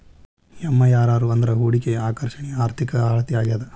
MIRR ಅಂದ್ರ ಹೂಡಿಕೆಯ ಆಕರ್ಷಣೆಯ ಆರ್ಥಿಕ ಅಳತೆ ಆಗ್ಯಾದ